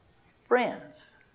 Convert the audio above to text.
friends